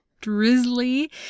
drizzly